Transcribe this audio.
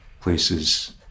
places